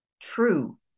true